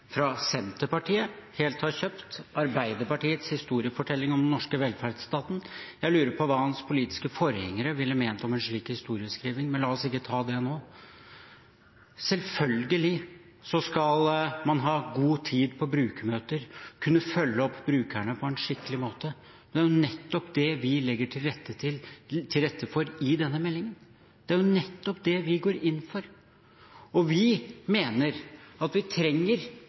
fra Senterpartiet helt har kjøpt Arbeiderpartiets historiefortelling om den norske velferdsstaten. Jeg lurer på hva hans politiske forgjengere ville ment om en slik historieskriving – men la oss ikke ta det nå. Selvfølgelig skal man ha god tid på brukermøter, kunne følge opp brukerne på en skikkelig måte. Det er nettopp det vi legger til rette for i denne meldingen. Det er nettopp det vi går inn for. Og vi mener at vi trenger